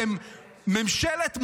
אתם ממשלת מאדים,